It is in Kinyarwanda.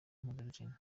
mpuzabitsina